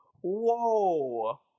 Whoa